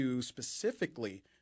specifically